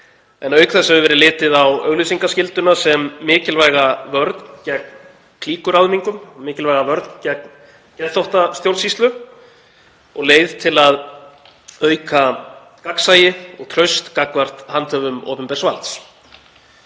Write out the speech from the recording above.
en auk þess hefur verið litið á auglýsingaskylduna sem mikilvæga vörn gegn klíkuráðningum og mikilvæga vörn gegn geðþóttastjórnsýslu og leið til að auka gagnsæi og traust gagnvart handhöfum opinbers valds.